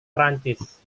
prancis